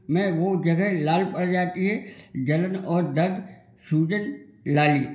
में वो जगह लाल पड़ जाती है जलन और दर्द सूजन लाली